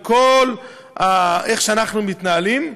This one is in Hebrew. עם כל איך שאנחנו מתנהלים,